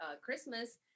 christmas